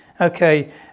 okay